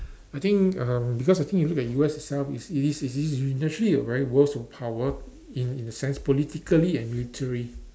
I think um because I think you look at U_S itself it's it is it is initially a very worst of power in in the sense politically and military